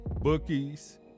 bookies